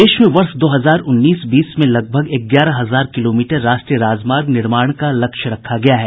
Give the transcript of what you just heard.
देश में वर्ष दो हजार उन्नीस बीस में करीब ग्यारह हजार किलोमीटर राष्ट्रीय राजमार्ग निर्माण का लक्ष्य रखा गया है